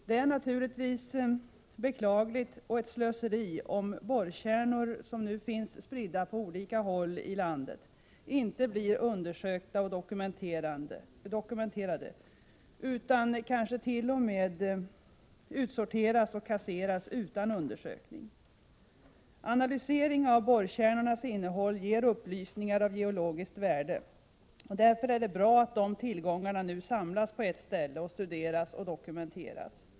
Det är naturligtvis beklagligt och ett slöseri om borrkärnor, som nu finns spridda på olika håll i landet, inte blir undersökta och dokumenterade utan kanske till och med utsorteras och kasseras utan undersökning. Analysering av borrkärnornas innehåll ger upplysningar av geologiskt värde. Därför är det bra att dessa tillgångar nu samlas på ett ställe och studeras och dokumenteras.